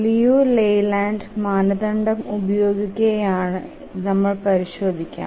Liu Leyland മാനദണ്ഡം ഉപയോഗിക്കുമോയെന്ന് പരിശോധികാം